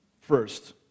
first